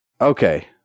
Okay